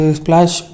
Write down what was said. splash